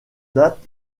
date